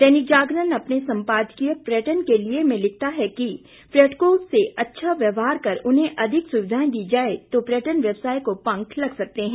दैनिक जागरण अपने सम्पादकीय पर्यटन के लिए मैं लिखता है कि पर्यटकों से अच्छा व्यवहार कर उन्हें अधिक सुविधाएं दी जाए तो पर्यटन व्यवसाय को पंख लग सकते हैं